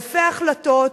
אלפי החלטות,